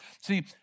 See